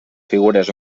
figures